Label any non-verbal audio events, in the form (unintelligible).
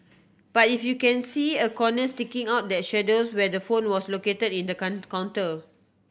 but if you can see a corner sticking out that shadows where the phone was located in the (unintelligible) counter